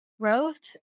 Growth